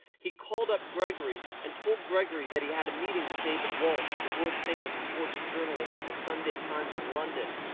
he called up grigory and told grigory that he had a meeting with david walsh the world famous sports journalist of the sunday times in london.